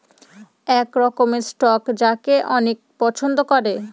এক রকমের স্টক যাকে অনেকে পছন্দ করে